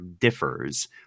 differs